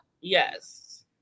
Yes